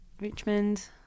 Richmond